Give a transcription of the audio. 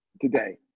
today